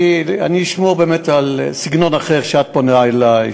אני אשמור באמת על סגנון אחר מזה שאת פונה בו אלי,